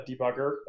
debugger